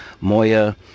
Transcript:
Moya